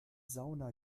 sauna